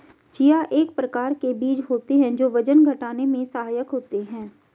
chia एक प्रकार के बीज होते हैं जो वजन घटाने में सहायक होते हैं